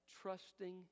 trusting